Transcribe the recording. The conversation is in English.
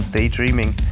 Daydreaming